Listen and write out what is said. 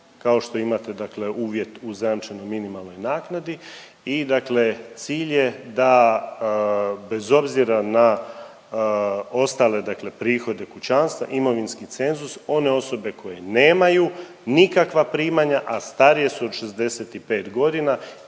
kao što imate dakle uvjet u zajamčenoj minimalnoj naknadi. I dakle, cilj je da bez obzira na ostale, dakle prihode kućanstva, imovinski cenzus one osobe koje nemaju nikakva primanja, a starije su od 65 godina